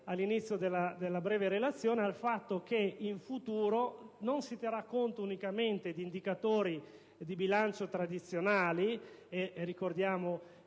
all'inizio della relazione al fatto che in futuro non si terrà conto unicamente di indicatori di bilancio tradizionali (ricordiamo